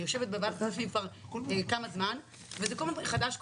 אני יושבת בוועדת הכספים כבר זמן מה וזה קורה כל פעם מחדש.